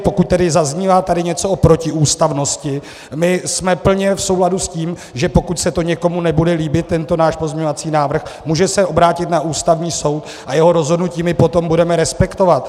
Pokud tady zaznívá něco o protiústavnosti, jsme plně v souladu s tím, že pokud se to někomu nebude líbit, tento náš pozměňovací návrh, může se obrátit na Ústavní soud a jeho rozhodnutí my potom budeme respektovat.